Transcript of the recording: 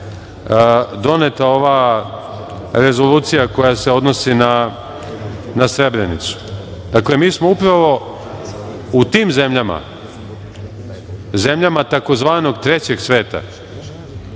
doneta ova Rezolucija koja se odnosi na Srebrenicu. Dakle, mi smo upravo u tim zemljama, zemljama tzv. trećeg sveta,